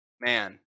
Man